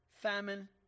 famine